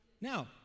Now